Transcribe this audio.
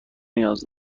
نیاز